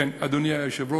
לכן, אדוני היושב-ראש,